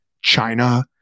China